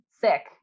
sick